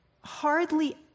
Hardly